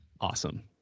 Awesome